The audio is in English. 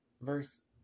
Verse